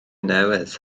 newydd